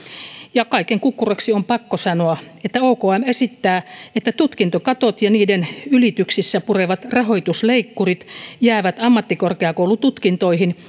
kaiken kukkuraksi on pakko sanoa että okm esittää että tutkintokatot ja niiden ylityksissä purevat rahoitusleikkurit jäävät ammattikorkeakoulututkintoihin